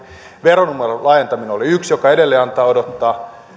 veronumeron laajentaminen oli yksi joka edelleen antaa odottaa